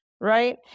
right